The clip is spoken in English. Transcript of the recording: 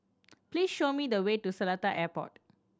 please show me the way to Seletar Airport